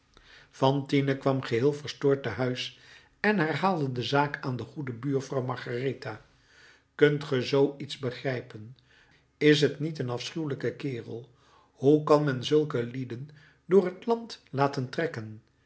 fantine kwam geheel verstoord te huis en verhaalde de zaak aan de goede buurvrouw margaretha kunt ge zoo iets begrijpen is t niet een afschuwelijke kerel hoe kan men zulke lieden door het land laten trekken